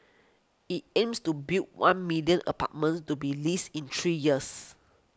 it aims to build one million apartments to be leased in three years